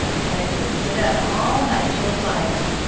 and that he would sit up all night to apply them.